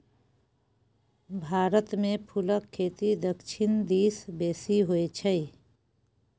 भारतमे फुलक खेती दक्षिण दिस बेसी होय छै